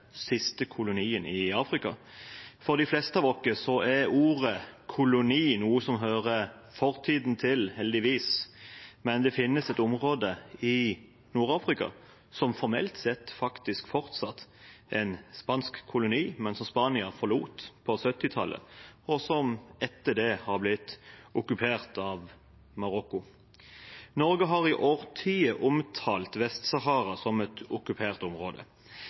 siste kolonien i Afrika. For de fleste av oss er ordet «koloni» heldigvis noe som hører fortiden til, men det finnes et område i Nord-Afrika som formelt sett faktisk fortsatt er en spansk koloni, men som Spania forlot på 1970-tallet, og som etter det er blitt okkupert av Marokko. Norge har i årtier omtalt Vest-Sahara som et okkupert område.